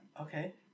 Okay